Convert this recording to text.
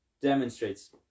demonstrates